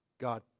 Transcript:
God